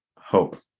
hope